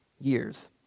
years